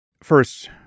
First